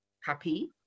happy